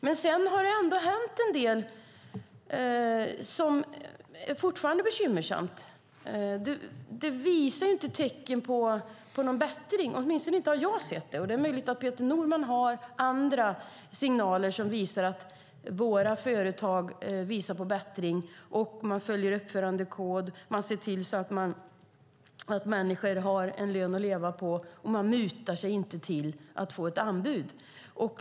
Men sedan har det hänt en del som är bekymmersamt och som inte visar tecken på någon bättring. Åtminstone har jag inte sett det. Det är möjligt att Peter Norman har andra signaler som visar att våra företag har bättrat sig, att de följer uppförandekoder, ser till att människor har en lön som de kan leva på och inte mutar sig till anbud.